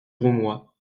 roumois